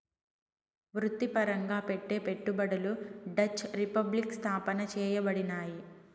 వృత్తిపరంగా పెట్టే పెట్టుబడులు డచ్ రిపబ్లిక్ స్థాపన చేయబడినాయి